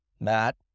Matt